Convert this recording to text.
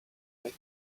back